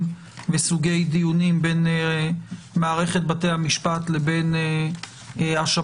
בסוגי דיונים בין מערכת בתי המשפט לבין השב"ס.